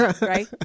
right